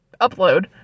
upload